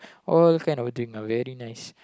all kind of drink ah very nice